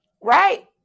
right